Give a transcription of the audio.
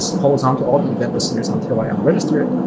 just holds on to all the event listeners until i unregister it.